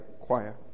Choir